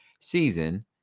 season